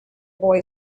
boy